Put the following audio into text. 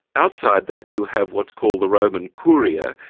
outside that you have what's called the roman curia.